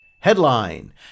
Headline